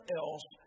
else